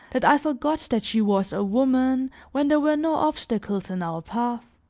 that i forgot that she was a woman when there were no obstacles in our path.